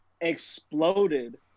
exploded